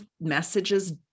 messages